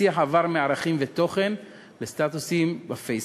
השיח עבר מערכים ותוכן לסטטוסים בפייסבוק.